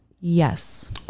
Yes